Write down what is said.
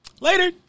later